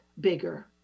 bigger